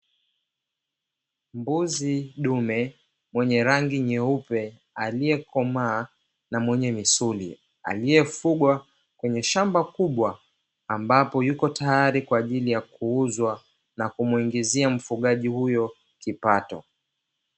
Mbuzi dume mwenye rangi nyeupe aliyekomaa na mwenye misuli aliyefugwa kwenye shamba kubwa, ambapo yuko tayari kwa ajili ya kuuzwa na kumuingizia mfugaji huyo kipato.